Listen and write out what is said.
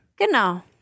Genau